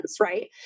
right